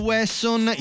Wesson